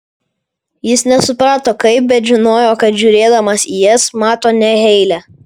jis nesuprato kaip bet žinojo kad žiūrėdamas į jas mato ne heilę